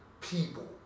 people